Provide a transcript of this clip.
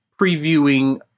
previewing